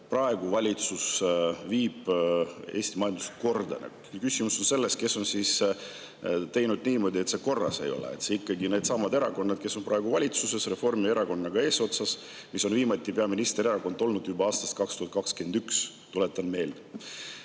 praegu Eesti majandust korda. Küsimus on ikkagi selles, kes on siis teinud niimoodi, et see korras ei ole. Ikkagi needsamad erakonnad, kes on praegu valitsuses, Reformierakonnaga eesotsas, mis on peaministrierakond olnud juba aastast 2021, tuletan meelde.